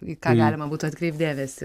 į ką galima būtų atkreipt dėmesį